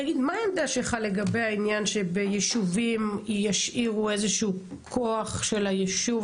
תגיד מה העמדה שלך לגבי העניין שבישובים ישאירו איזה שהוא כוח של הישוב,